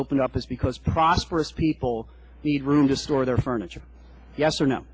opened up is because prosperous people need room to store their furniture yes or no